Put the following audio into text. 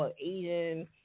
Asian